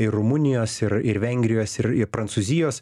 ir rumunijos ir ir vengrijos ir ir prancūzijos